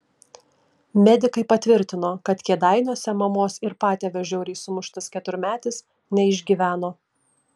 medikai patvirtino kad kėdainiuose mamos ir patėvio žiauriai sumuštas keturmetis neišgyveno